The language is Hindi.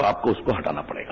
तो आपको उसको हटाना पड़ेगा